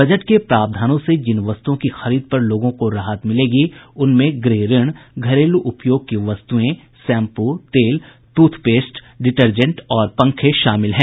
budget के प्रावधानों से जिन वस्तुओं की खरीद पर लोगों को राहत मिलेगी उनमें गृह ऋण घरेलू उपयोग के वस्तुएं शैम्पू तेल टूथपेस्ट डिटर्जेंट और पंखे शामिल हैं